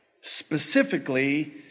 Specifically